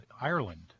Ireland